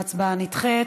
ההצבעה נדחית.